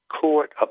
court